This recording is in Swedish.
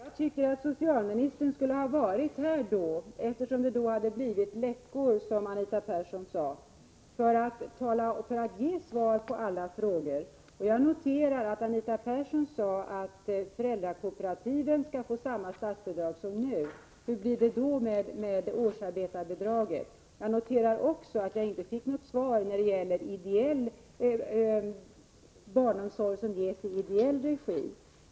Herr talman! Jag tycker att socialministern borde ha varit här eftersom det blivit läckor, som Anita Persson sade, för att ge svar på alla frågor. Jag noterade att Anita Persson sade att föräldrakooperativen skall få samma statsbidrag som nu. Hur blir det då med årsarbetarbidraget? Jag noterade vidare att jag inte fick något besked när det gäller barnomsorg som drivs i ideell regi.